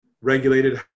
regulated